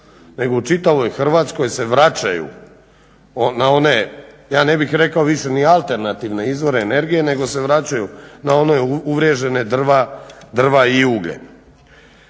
nego u čitavoj Hrvatskoj se vraćaju na one ja ne bih rekao više ni alternativne izvore energije nego se vraćaju na one uvriježene drva i ugljen.